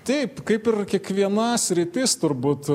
taip kaip ir kiekviena sritis turbūt